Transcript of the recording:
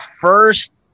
first